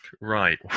right